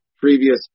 previous